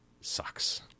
sucks